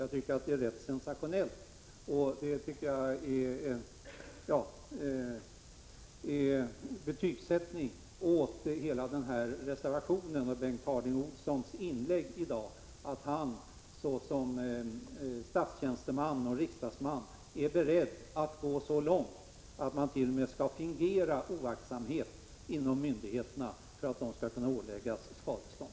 Jag tycker alltså att det är rätt sensationellt, och det innebär en betygsättning när det gäller hela reservationen och Bengt Harding Olsons inlägg i dag — att han såsom statstjänsteman och riksdagsman är beredd att gå så långt att man t.o.m. skall fingera oaktsamhet inom myndigheterna för att de skall kunna åläggas skadestånd.